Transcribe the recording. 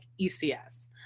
ECS